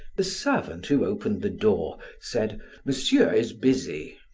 the servant who opened the door, said monsieur is busy.